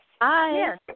Hi